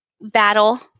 battle